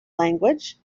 language